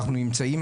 אנחנו נמצאים,